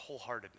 wholeheartedness